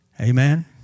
Amen